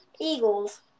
Eagles